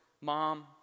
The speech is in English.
mom